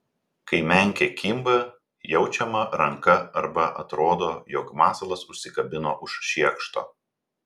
kai menkė kimba jaučiama ranka arba atrodo jog masalas užsikabino už šiekšto